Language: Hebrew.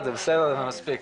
ברגעים ממש אלה,